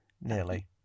nearly